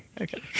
okay